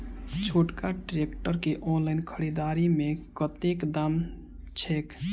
छोटका ट्रैक्टर केँ ऑनलाइन खरीददारी मे कतेक दाम छैक?